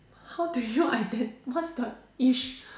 how do you iden~ what's the